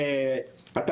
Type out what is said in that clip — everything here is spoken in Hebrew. גברתי, 75% נבדקים.